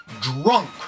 drunk